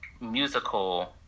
musical